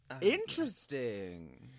interesting